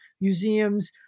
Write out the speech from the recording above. museums